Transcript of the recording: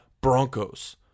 Broncos